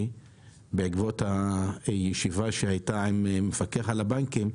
בעקבות הישיבה שהייתה עם המפקח על הבנקים.